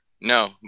No